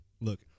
Look